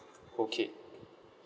okay